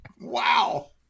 Wow